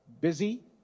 busy